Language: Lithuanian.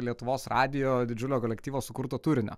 lietuvos radijo didžiulio kolektyvo sukurto turinio